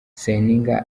seninga